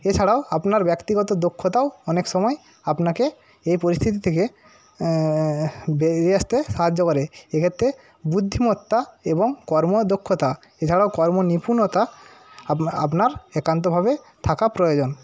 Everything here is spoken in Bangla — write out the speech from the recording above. এছাড়াও আপনার ব্যক্তিগত দক্ষতাও অনেক সময় আপনাকে এই পরিস্থিতি থেকে বেরিয়ে আসতে সাহায্য করে এক্ষেত্রে বুদ্ধিমত্তা এবং কর্মদক্ষতা এছাড়াও কর্ম নিপুণতা আপনা আপনার একান্তভাবে থাকা প্রয়োজন